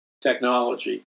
technology